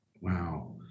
Wow